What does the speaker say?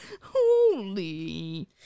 Holy